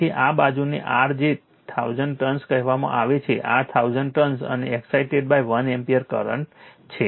તેથી આ બાજુને r જે 1000 ટર્ન્સ કહેવામાં આવે છે આ 1000 ટર્ન્સ અને એક્સાઇટેડ 1 એમ્પીયર કરંટ છે